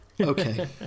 okay